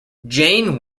jane